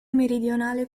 meridionale